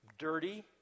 dirty